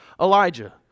Elijah